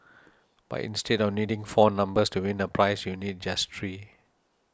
but instead of needing four numbers to win a prize you need just three